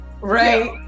right